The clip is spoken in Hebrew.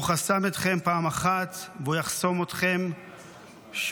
הוא חסם אתכם פעם אחת והוא יחסום אתכם שוב.